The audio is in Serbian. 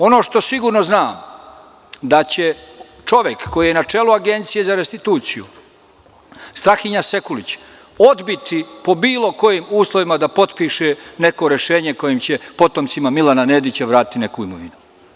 Ono što sigurno znam, da će čovek koji je na čelu Agencije za restituciju, Strahinja Sekulić, odbiti po bilo kojim uslovima da potpiše neko rešenje kojim će potomcima Milana Nedića vratiti neku imovinu.